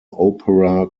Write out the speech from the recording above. opera